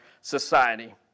society